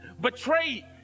betrayed